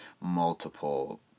multiple